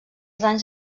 danys